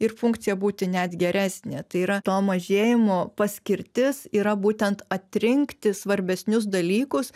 ir funkcija būti net geresnė tai yra to mažėjimo paskirtis yra būtent atrinkti svarbesnius dalykus